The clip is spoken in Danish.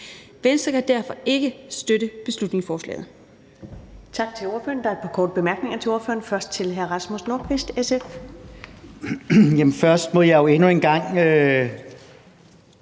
Venstre kan derfor ikke støtte beslutningsforslaget.